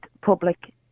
public